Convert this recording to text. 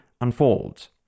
unfolds